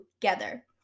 together